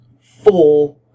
four